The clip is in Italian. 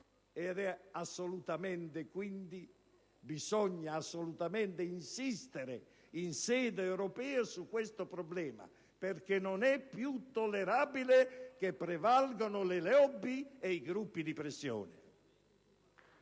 Quindi bisogna assolutamente insistere in sede europea su questo problema, perché non è più tollerabile che prevalgano le *lobby* e i gruppi di pressione.